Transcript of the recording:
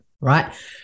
right